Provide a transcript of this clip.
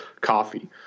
coffee